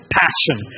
passion